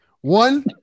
One